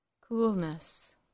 coolness